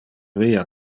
via